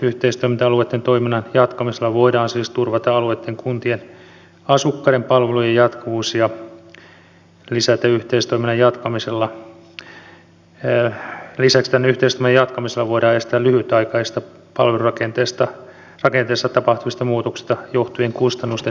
yhteistoiminta alueitten toiminnan jatkamisella voidaan siis turvata alueitten kuntien asukkaiden palvelujen jatkuvuus ja lisäksi tämän yhteistoiminnan jatkamisella voidaan estää lyhytaikaisista palvelurakenteessa tapahtuvista muutoksista johtuvien kustannusten syntyminen